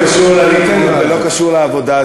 זה לא קשור לליכוד ולא קשור לעבודה,